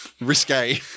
Risque